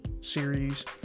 series